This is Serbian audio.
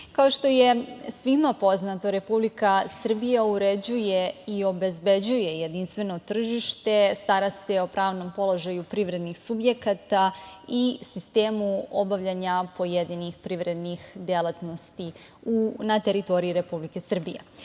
kao što je svima poznato, Republika Srbija uređuje i obezbeđuje jedinstveno tržište, stara se o pravnom položaju privrednih subjekata i sistemu obavljanja pojedinih privrednih delatnosti na teritoriji Republike Srbije.U